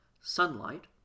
sunlight